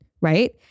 right